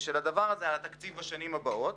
ולגבי ההשפעה של זה על התקציב בשנים הבאות.